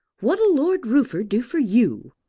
what'll lord rufford do for you?